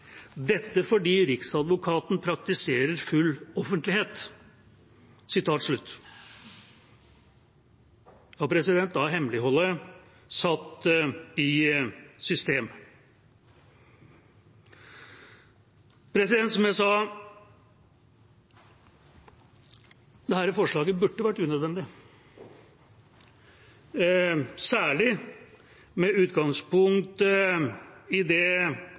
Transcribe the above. Dette fordi Riksadvokaten praktiserer full offentlighet.» Da er hemmeligholdet satt i system. Som jeg sa: Dette forslaget burde vært unødvendig, særlig med utgangspunkt i det